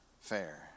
fair